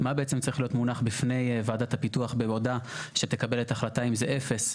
מה בעצם צריך להיות מונח בפני ועדת הפיתוח שתקבל את ההחלטה אם זה 0,